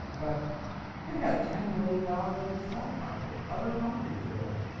but they've got ten billion dollars in the stock market, other companies they own.